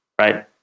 right